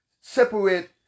separate